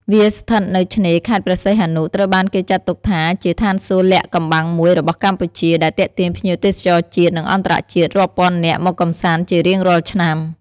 វាស្ថិតនៅឆ្នេរខេត្តព្រះសីហនុ ត្រូវបានគេចាត់ទុកថាជា ឋានសួគ៌លាក់កំបាំងមួយរបស់កម្ពុជា ដែលទាក់ទាញភ្ញៀវទេសចរជាតិ និងអន្តរជាតិរាប់ពាន់នាក់មកកំសាន្តជារៀងរាល់ឆ្នាំ។